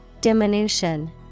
Diminution